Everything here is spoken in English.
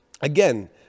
again